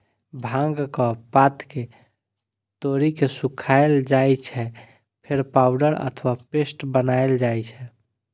भांगक पात कें तोड़ि के सुखाएल जाइ छै, फेर पाउडर अथवा पेस्ट बनाएल जाइ छै